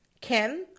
Kim